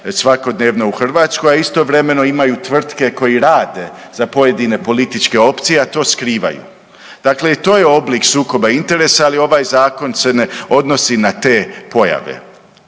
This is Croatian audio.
svakodnevno u Hrvatskoj, a istovremeno imaju tvrtke koji rade za pojedine političke opcije a to skrivaju. Dakle i to je oblik sukoba interesa, ali ovaj zakon se ne odnosi na te pojave,